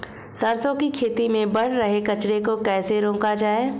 सरसों की खेती में बढ़ रहे कचरे को कैसे रोका जाए?